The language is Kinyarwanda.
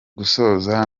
gusoza